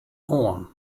oan